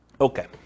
Okay